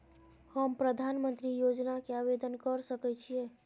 हम प्रधानमंत्री योजना के आवेदन कर सके छीये?